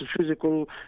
physical